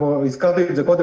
הזכרתי את זה קודם,